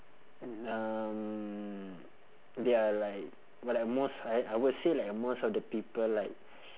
um they are like what I most I I would say like most of the people like